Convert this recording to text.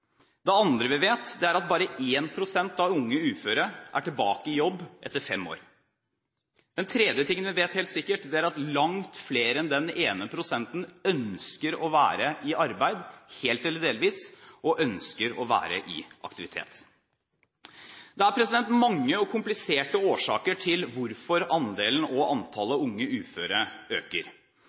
Det andre vi vet, er at bare 1 pst. av unge uføre er tilbake i jobb etter fem år. Det tredje vi vet helt sikkert, er at langt flere enn den ene prosenten ønsker å være i arbeid, helt eller delvis, ønsker å være i aktivitet. Det er mange og kompliserte årsaker til at andelen og antallet unge uføre øker.